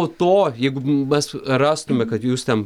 po to jeigu mes rastume kad jūs ten